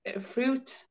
fruit